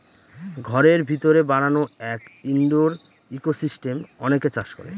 ঘরের ভিতরে বানানো এক ইনডোর ইকোসিস্টেম অনেকে চাষ করে